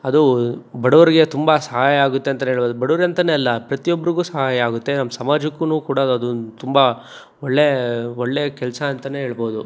ಅದು ಬಡವ್ರಿಗೆ ತುಂಬ ಸಹಾಯ ಆಗುತ್ತೆ ಅಂತ ಹೇಳ್ಬೋದು ಬಡವ್ರಿಗೆ ಅಂತ ಅಲ್ಲ ಪ್ರತಿಯೊಬ್ಬರಿಗು ಸಹಾಯ ಆಗುತ್ತೆ ನಮ್ಮ ಸಮಾಜಕ್ಕು ಕೂಡ ಅದು ತುಂಬ ಒಳ್ಳೇ ಒಳ್ಳೆ ಕೆಲಸ ಅಂತ ಹೇಳ್ಬೋದು